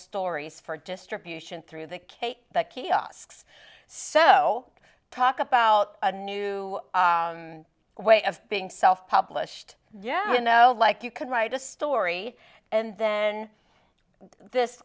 stories for distribution through the cake kiosks so talk about a new way of being self published yet you know like you could write a story and then this